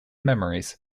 memories